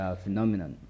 phenomenon